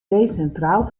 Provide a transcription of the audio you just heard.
decentraal